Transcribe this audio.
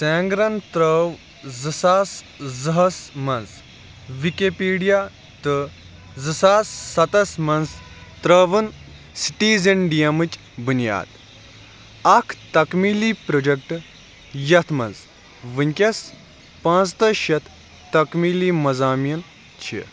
سینٛگرَن ترٛٲو زٕ ساس زٕ ہَس منٛز وِکِپیٖڈیا تہٕ زٕ ساس سَتَس منٛز ترٛٲوٕن سِٹیٖز اینٛڈ ڈی ایمٕچ بُنیاد اَکھ تکمیٖلی پرٛوجَیکٹہٕ یَتھ منٛز وُنکٮ۪س پانٛژٕتٲج شَتھ تکمیٖلی مضامیٖن چھِ